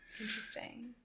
Interesting